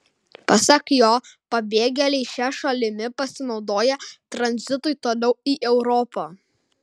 pasak jo pabėgėliai šia šalimi pasinaudoja tranzitui toliau į europą